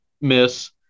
miss